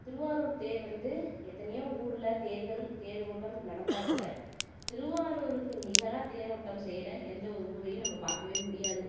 திருவாரூர் தேர் வந்து எத்தனையோ ஊரில் தேர்கள் தேர் ஓட்டம் நடந்தால் கூட திருவாரூருக்கு நிகராக தேரோட்டம் செய்கிற எந்த ஒரு ஊரையும் நம்ம பார்க்கவே முடியாது